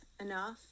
enough